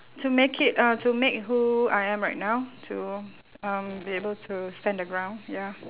to make it uh to make who I am right now to um be able to stand the ground ya